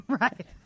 Right